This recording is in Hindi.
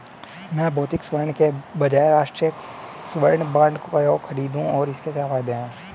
मैं भौतिक स्वर्ण के बजाय राष्ट्रिक स्वर्ण बॉन्ड क्यों खरीदूं और इसके क्या फायदे हैं?